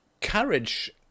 courage